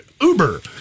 Uber